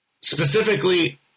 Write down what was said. specifically